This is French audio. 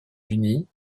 unis